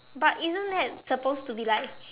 but isn't that supposed to be like